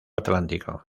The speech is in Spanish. atlántico